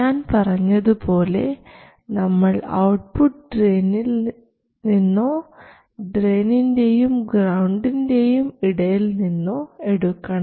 ഞാൻ പറഞ്ഞതുപോലെ നമ്മൾ ഔട്ട്പുട്ട് ഡ്രെയിനിൽ നിന്നോ ഡ്രെയിനിൻറെയും ഗ്രൌണ്ടിൻറെയും ഇടയിൽ നിന്നോ എടുക്കണം